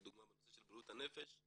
לדוגמה בנושא בריאות הנפש,